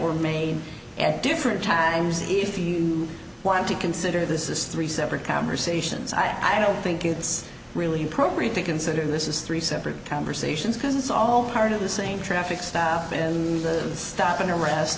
were made at different times if you want to consider this is three separate conversations i don't think it's really appropriate to consider this is three separate conversations because it's all part of the same traffic stop in the stop